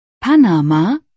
Panama